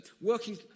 working